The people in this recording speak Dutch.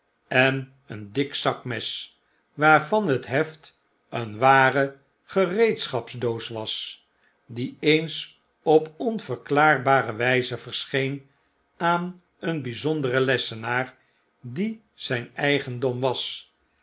en een dik zakmes waarvan het heft een ware gereedschapsdoos was die eens op onverklaarbare wpe verscheen aan een bjjzonderen lessenaar die zijn eigendom was